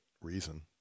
reason